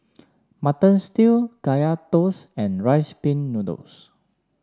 Mutton Stew Kaya Toast and Rice Pin Noodles